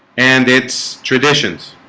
and its traditions